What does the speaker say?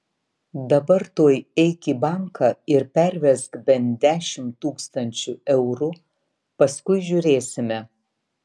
dabar tuoj eik į banką ir pervesk bent dešimt tūkstančių eurų paskui žiūrėsime